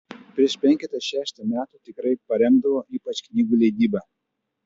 prieš penketą šešetą metų tikrai paremdavo ypač knygų leidybą